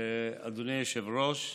אדוני היושב-ראש,